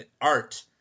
art